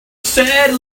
said